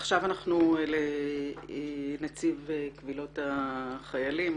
עכשיו נעבור לנציב קבילות החיילים,